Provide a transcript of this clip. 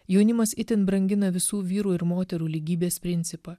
jaunimas itin brangina visų vyrų ir moterų lygybės principą